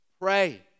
Pray